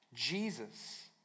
Jesus